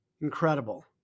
Incredible